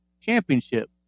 championship